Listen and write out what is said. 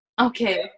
okay